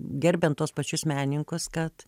gerbiant tuos pačius menininkus kad